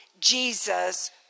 Jesus